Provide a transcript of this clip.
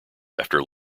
after